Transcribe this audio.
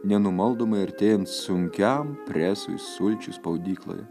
nenumaldomai artėjant sunkiam presui sulčių spaudykloje